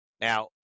Now